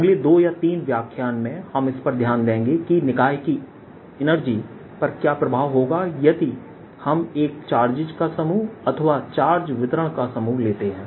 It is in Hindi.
अगले दो या तीन व्याख्यान में हम इस पर ध्यान देंगे कि निकाय की एनर्जी पर क्या प्रभाव होगा यदि हम एक चार्जेस का समूह अथवा चार्ज वितरण का समूह लेते हैं